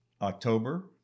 October